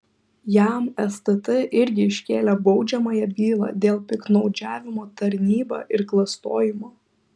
jam stt irgi iškėlė baudžiamąją bylą dėl piktnaudžiavimo tarnyba ir klastojimo